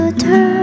turn